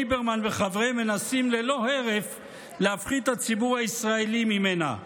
ליברמן וחבריהם מנסים ללא הרף להפחיד את הציבור הישראלי ממנה?